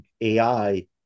AI